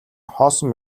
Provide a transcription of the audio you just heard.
хоосон